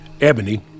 Ebony